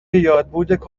یادبود